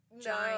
giant